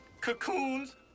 Cocoons